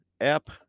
app